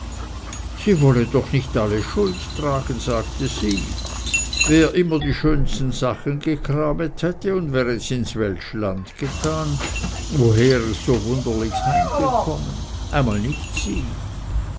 sie wolle doch nicht alle schuld tragen sagte sie wer ihm immer die schönsten sachen gekramet hätte und wer es ins weltschland getan woher es so wunderligs heimgekommen einmal nicht sie